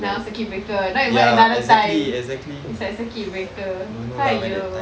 now circuit breaker not even another time it's like circuit breaker !haiyo!